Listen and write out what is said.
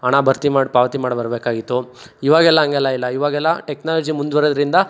ಹಣ ಭರ್ತಿ ಮಾಡಿ ಪಾವತಿ ಮಾಡ್ಬರ್ಬೇಕಾಗಿತ್ತು ಇವಾಗೆಲ್ಲ ಹಂಗೆಲ್ಲ ಇಲ್ಲ ಇವಾಗೆಲ್ಲ ಟೆಕ್ನಾಲಜಿ ಮುಂದುವರಿದ್ರಿಂದ